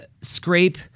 Scrape